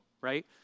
right